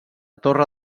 torre